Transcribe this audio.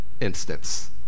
instance